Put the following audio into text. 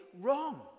wrong